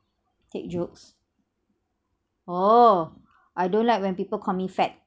take jokes oh I don't like when people call me fat